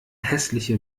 hässliche